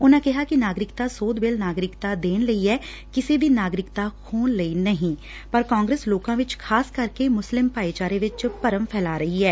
ਉਨ੍ਪਾਂ ਕਿਹਾ ਕਿ ਨਾਗਰਿਕਤਾ ਸੋਧ ਬਿੱਲ ਨਾਗਰਿਕਤਾ ਦੇਣ ਲਈ ਐ ਕਿਸੇ ਦੀ ਨਾਗਰਿਕਤਾ ਬੋਹਣ ਲਈ ਨਹੀ ਪਰ ਕਾਗਰਸ ਲੋਕਾ ਵਿਚ ਖ਼ਾਸ ਕਰਕੇ ਮੁਸਲਿਮ ਭਾਈਚਾਰੇ ਵਿਚ ਭਰਮ ਫੈਲਾ ਰਹੀ ਐ